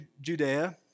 Judea